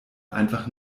einfach